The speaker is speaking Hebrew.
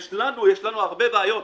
יש לנו הרבה בעיות.